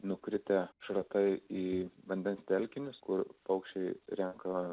nukritę šratai į vandens telkinius kur paukščiai renka